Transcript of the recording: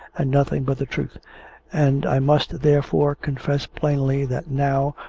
and nothing but the truth and i must, therefore, confess plainly that now,